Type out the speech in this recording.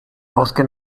bosque